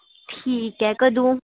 ठीक ऐ कंदू